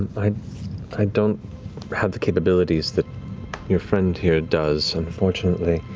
i don't have the capabilities that your friend here does, unfortunately.